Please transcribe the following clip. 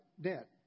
debt